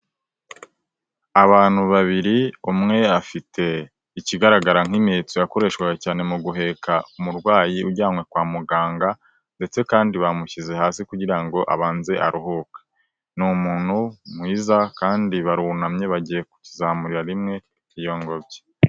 Abantu babiri umwe afite ikigaragara nk'impetso yakoreshwaga cyane mu guheka umurwayi ujyanywe kwa muganga ndetse kandi bamushyize hasi kugira ngo abanze aruhuke. Ni umuntu mwiza kandi barunamye bagiye kuzamurira rimwe iyo ngobyi.